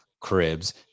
cribs